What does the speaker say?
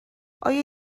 آیا